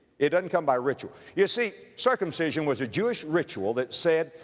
it doesn't come by ritual. you see, circumcision was a jewish ritual that said,